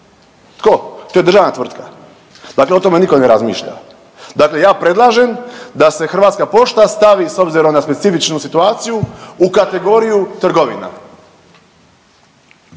tko? To je državna tvrtka. Dakle, o tome nitko ne razmišlja. Dakle, ja predlažem da se Hrvatska pošta stavi s obzirom na specifičnu situaciju u kategoriju trgovina.